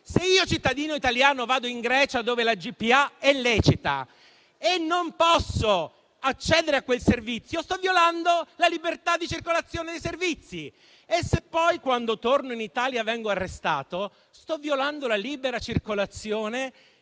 se io, cittadino italiano, vado in Grecia, dove la GPA è lecita, e non posso accedere a quel servizio, si sta violando la libertà di circolazione dei servizi; se poi, quando torno in Italia, vengo arrestato, si sta violando la libera circolazione